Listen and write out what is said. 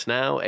now